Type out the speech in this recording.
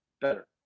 Better